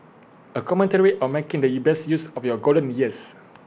A commentary on making the best use of your golden years